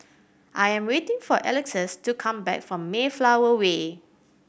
I am waiting for Alexus to come back from Mayflower Way